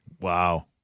wow